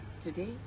Today